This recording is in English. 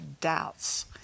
doubts